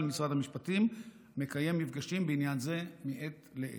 משרד המשפטים מקיים מפגשים בעניין זה מעת לעת.